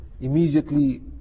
Immediately